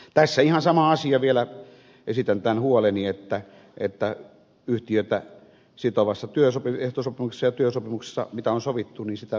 tässä ihan sama asia vielä esitän tämän huoleni että mitä yhtiötä sitovassa työehtosopimuksessa ja työsopimuksessa on sovittu niin sitä noudatetaan